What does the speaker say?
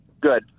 Good